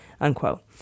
unquote